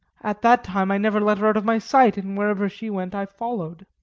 at that time i never let her out of my sight, and wherever she went i followed.